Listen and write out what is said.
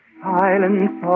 silence